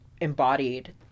embodied